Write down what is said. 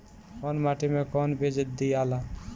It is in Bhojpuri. कौन माटी मे कौन बीज दियाला?